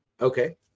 Okay